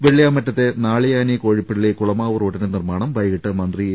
വെള്ളിയാമറ്റത്തെ നാളിയാനി കോഴിപ്പിള്ളി കുളമാവ് റോഡിന്റെ നിർമ്മാണം വൈകിട്ട് മന്ത്രി എ